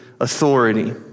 authority